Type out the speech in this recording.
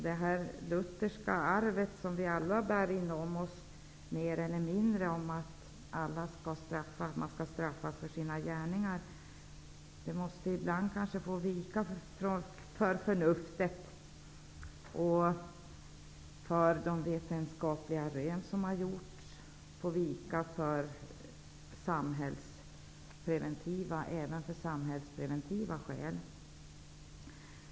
Det lutherska arv som vi alla mer eller mindre bär på -- dvs. att man skall straffas för sina gärningar -- måste kanske ibland få vika för förnuftet och för de vetenskapliga rön som gjorts men också för samhällspreventiva skäl.